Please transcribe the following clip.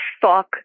fuck